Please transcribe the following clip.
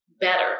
better